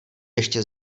ještě